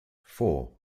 four